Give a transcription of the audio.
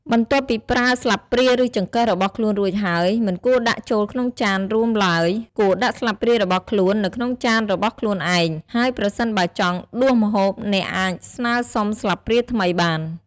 បន្ទាប់ពីប្រើស្លាបព្រាឬចង្កឹះរបស់ខ្លួនរួចហើយ មិនគួរដាក់ចូលក្នុងចានរួមឡើយ គួរដាក់ស្លាបព្រារបស់ខ្លួននៅក្នុងចានរបស់ខ្លួនឯង ហើយប្រសិនបើចង់ដួសម្ហូបអ្នកអាចស្នើសុំស្លាបព្រាថ្មីបាន។